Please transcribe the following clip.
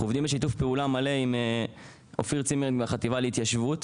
אנחנו עובדים בשיתוף פעולה מלא עם אופיר צימרינג והחטיבה להתיישבות.